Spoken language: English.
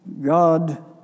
God